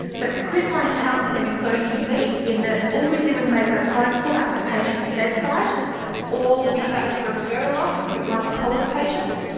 but the quitline counselling is so unique in that all we did was make a phone call at the patient's bedside or we faxed the referral off for quitline to call the patients,